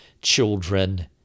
children